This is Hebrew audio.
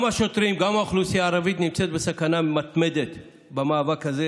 גם השוטרים וגם האוכלוסייה הערבית נמצאים בסכנה מתמדת במאבק הזה.